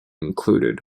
included